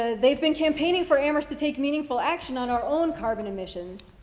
ah they've been campaigning for amherst to take meaningful action on our own carbon emissions.